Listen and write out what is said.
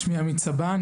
שמי עמית סבן,